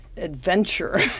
adventure